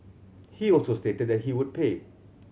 he also stated that he would pay